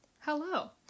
Hello